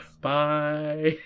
Bye